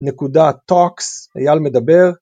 נקודה talks, אייל מדבר